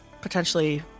potentially